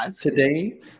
Today